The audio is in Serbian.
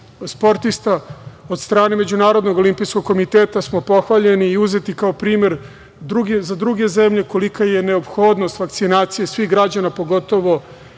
sportista. Od strane Međunarodnog olimpijskog komiteta smo pohvaljeni i uzeti kao primer za druge zemlje kolika je neophodno vakcinacije svih građana, pogotovo